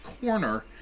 corner